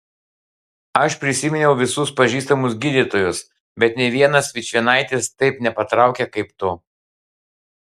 aš prisiminiau visus pažįstamus gydytojus bet nė vienas vičvienaitis taip nepatraukia kaip tu